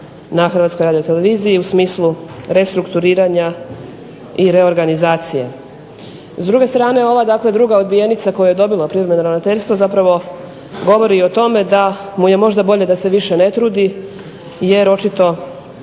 se događa na HRT-u u smislu restrukturiranja i reorganizacije. S druge strane ova dakle druga odbijenica koju je dobilo privremeno ravnateljstvo zapravo govori i o tome da mu je možda bolje da se više ne trudi jer očito